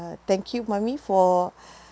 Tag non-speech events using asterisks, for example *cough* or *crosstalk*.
thank you mummy for *breath*